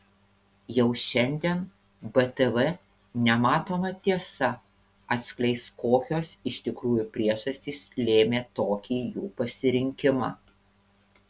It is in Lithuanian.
jau šiandien btv nematoma tiesa atskleis kokios iš tikrųjų priežastys lėmė tokį jų pasirinkimą